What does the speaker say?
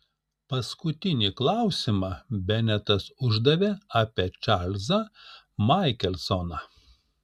paskutinį klausimą benetas uždavė apie čarlzą maikelsoną